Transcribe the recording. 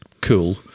cool